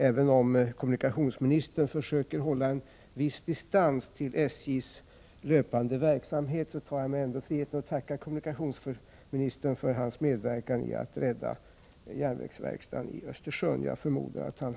Även om kommunikationsministern försöker hålla en viss distans till SJ:s löpande verksamhet tar jag mig friheten att tacka kommunikationsministern för hans medverkan i arbetet för att rädda järnvägsverkstaden i Östersund.